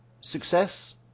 success